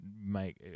make